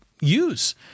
use